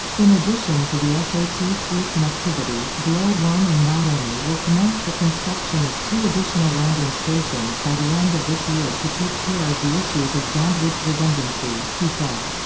in addition to the s a t three connectivity, glo one and maione will commence the construction of two additional landing stations by the end of this year to take care of the issues of bandwidth redundancy he said.